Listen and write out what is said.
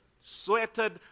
sweated